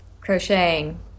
crocheting